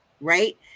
right